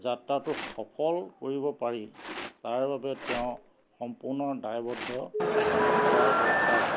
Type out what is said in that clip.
যাত্ৰাটো সফল কৰিব পাৰি তাৰ বাবে তেওঁ সম্পূৰ্ণ দায়বদ্ধ হোৱা দৰকাৰ